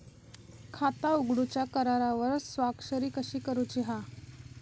खाता उघडूच्या करारावर स्वाक्षरी कशी करूची हा?